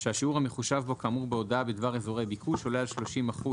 כשהשיעור המחושב לו כאמור בהודעה בדבר אזורי ביקוש עולה על 30%,